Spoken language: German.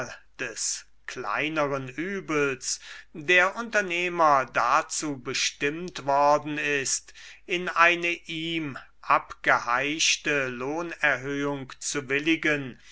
des kleineren übels der unternehmer dazu bestimmt worden ist in eine ihm abgeheischte lohnerhöhung zu willigen